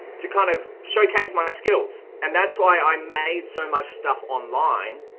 to kind of showcase my skills and that's why i made so much stuff online.